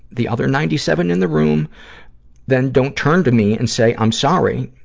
the other ninety seven in the room then don't turn to me and say, i'm sorry.